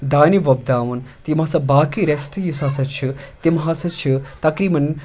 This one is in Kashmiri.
دانہِ ووٚپداوان تِم ہَسا باقٕے رٮ۪سٹ یُس ہَسا چھِ تِم ہَسا چھِ تقریٖباً